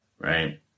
right